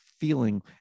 feeling